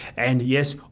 and yes,